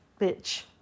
bitch